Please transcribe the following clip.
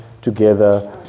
together